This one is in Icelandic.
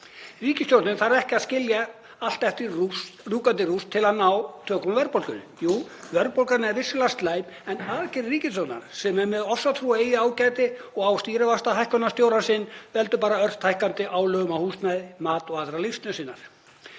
Ríkisstjórnin þarf ekki að skilja allt eftir í rjúkandi rúst til að ná tökum á verðbólgunni. Jú, verðbólgan er vissulega slæm en aðgerðir ríkisstjórnar sem er með ofsatrú á eigið ágæti og á stýrivaxtahækkanastjórann sinn valda bara ört hækkandi álögum á húsnæði, mat og aðrar lífsnauðsynjar.